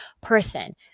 person